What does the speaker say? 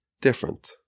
different